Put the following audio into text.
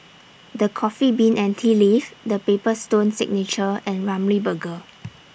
The Coffee Bean and Tea Leaf The Paper Stone Signature and Ramly Burger